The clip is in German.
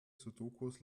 sudokus